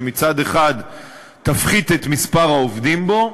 שמצד אחד תפחית את מספר העובדים בו,